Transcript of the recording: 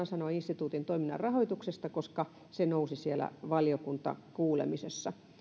sanoa instituutin toiminnan rahoituksesta koska se nousi siellä valiokuntakuulemisessa